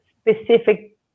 Specific